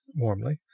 warmly.